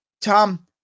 Tom